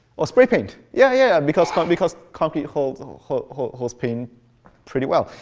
or spraypaint yeah, yeah because because concrete holds holds paint pretty well.